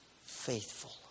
faithful